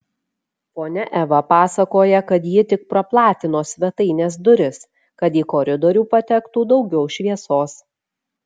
ponia eva pasakoja kad ji tik praplatino svetainės duris kad į koridorių patektų daugiau šviesos